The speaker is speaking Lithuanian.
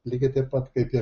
lygiai taip pat kaip ir